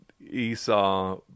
esau